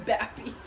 Bappy